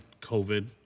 COVID